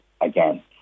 again